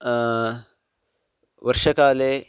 वर्षाकाले